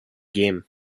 game